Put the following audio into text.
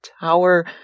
tower